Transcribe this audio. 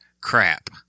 crap